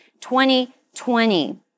2020